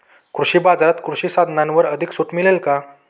कृषी बाजारात कृषी साधनांवर अधिक सूट मिळेल का?